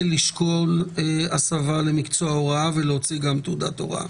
לשקול הסבה למקצוע ההוראה ולהוציא גם תעודת הוראה,